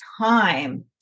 time